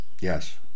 Yes